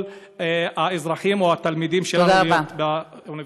האזרחים או התלמידים שלנו באוניברסיטאות.